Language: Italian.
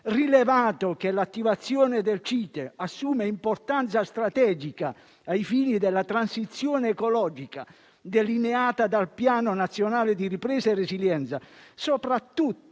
rilevare che l'attivazione del CITE assume importanza strategica ai fini della transizione ecologica delineata dal Piano nazionale di ripresa e resilienza, soprattutto